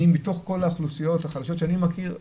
מבין כל האוכלוסיות החלשות שאני מכיר,